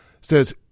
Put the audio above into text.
says